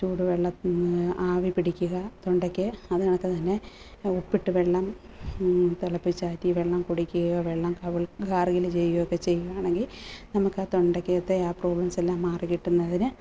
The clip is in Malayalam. ചൂടുവെള്ളത്തിൽ നിന്ന് ആവിപിടിക്കുക തൊണ്ടയ്ക്ക് അത് കണക്ക് തന്നെ ഉപ്പിട്ട് വെള്ളം തിളപ്പിച്ച് ആറ്റിയ വെള്ളം കുടിക്കുകയോ വെള്ളം കാവിൾ ഗാർഗിള് ചെയ്യുകയോ ഒക്കെ ചെയ്യുകയാണെങ്കിൽ നമ്മുക്ക് ആ തൊണ്ടക്ക് അകത്തെ ആ പ്രോബ്ലെംസ് എല്ലാം മാറികിട്ടുന്നതിന്